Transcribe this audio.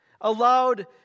allowed